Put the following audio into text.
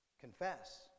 confess